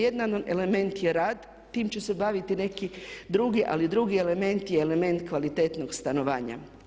Jedan element je rad, tim će se baviti neki drugi, ali drugi element je element kvalitetnog stanovanja.